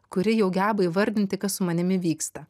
kuri jau geba įvardinti kas su manimi vyksta